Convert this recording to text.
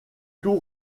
tours